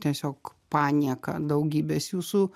tiesiog panieką daugybės jūsų